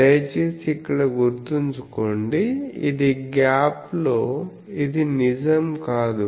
దయచేసి ఇక్కడ గుర్తుంచుకోండి ఇది గ్యాప్ లో ఇది నిజం కాదు